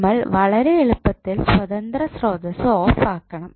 നമ്മൾ വളരെയെളുപ്പത്തിൽ സ്വതന്ത്ര സ്രോതസ്സ് ഓഫ് ആക്കണം